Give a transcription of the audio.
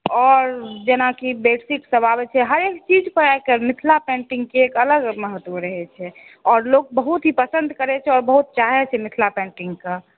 आओर जेनाकि बेडशीट सभ आबै छै हरेक चीज पर आइकाल्हि मिथिला पेन्टिंगके एक अलग महत्व रहै छै आओर लोक बहुत ही पसन्द करै छै आओर बहुत चाहै छै मिथिला पेन्टिंग के